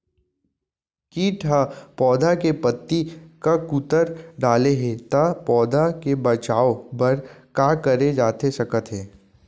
किट ह पौधा के पत्ती का कुतर डाले हे ता पौधा के बचाओ बर का करे जाथे सकत हे?